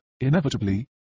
Inevitably